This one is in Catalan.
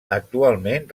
actualment